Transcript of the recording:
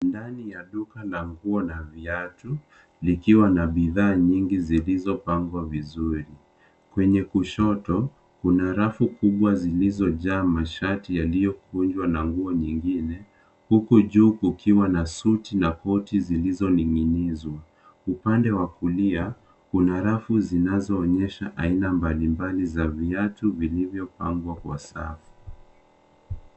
Ndani ya duka la nguo na viatu, likiwa na bidhaa nyingi zilizopangwa vizuri. Kwenye kushoto, kuna rafu kubwa zilizojaa mashati yaliyokunjwa na nguo nyingine, huku juu kukiwa na suti na koti zilizoning'inizwa. Upande wa kulia, kuna rafu zinazoonyesha aina mbalimbali za viatu vilivyopangwa kwa safu.